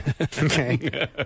okay